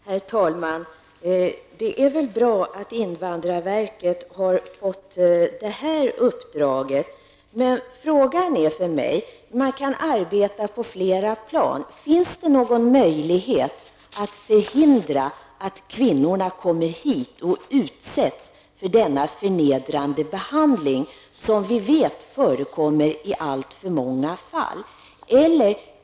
Herr talman! Det är väl bra att invandrarverket har fått det uppdraget. Men man kan arbeta på flera plan. Frågan är för mig: Finns det någon möjlighet att förhindra att kvinnorna kommer hit och utsätts för den förnedrande behandling som vi vet förekommer i alltför många fall?